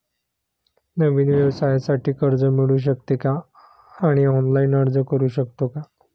नवीन व्यवसायासाठी कर्ज मिळू शकते का आणि ऑनलाइन अर्ज करू शकतो का?